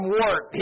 work